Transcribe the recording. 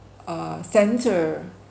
uh centre